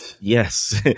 Yes